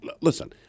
listen